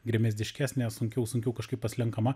gremėzdiškesnė sunkiau sunkiau kažkaip paslenkama